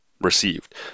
received